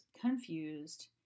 confused